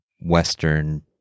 Western